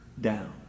down